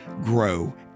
grow